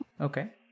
Okay